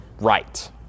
right